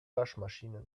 waschmaschine